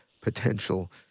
potential